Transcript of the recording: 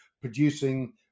producing